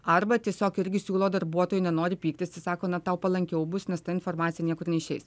arba tiesiog irgi siūlo darbuotojui nenori pyktis jis sako na tau palankiau bus nes ta informacija niekur neišeis